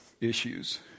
issues